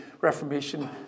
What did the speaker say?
Reformation